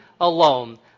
alone